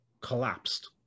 collapsed